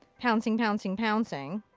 pouncing, pouncing, pouncing.